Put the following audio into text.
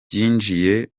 byinjiye